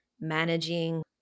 managing